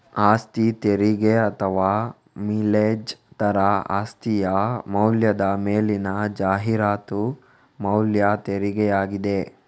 ಆಸ್ತಿ ತೆರಿಗೆ ಅಥವಾ ಮಿಲೇಜ್ ದರ ಆಸ್ತಿಯ ಮೌಲ್ಯದ ಮೇಲಿನ ಜಾಹೀರಾತು ಮೌಲ್ಯ ತೆರಿಗೆಯಾಗಿದೆ